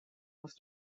was